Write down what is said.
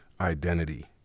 identity